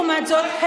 לעומת זאת,